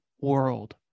world